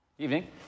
evening